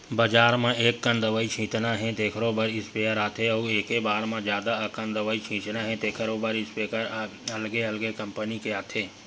बजार म एककन दवई छितना हे तेखरो बर स्पेयर आथे अउ एके बार म जादा अकन दवई छितना हे तेखरो इस्पेयर अलगे अलगे कंपनी के आथे